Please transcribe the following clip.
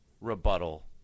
rebuttal